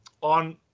On